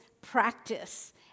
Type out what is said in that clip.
practice